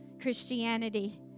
Christianity